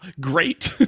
great